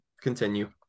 continue